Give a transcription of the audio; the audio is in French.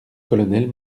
colonel